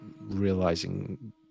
realizing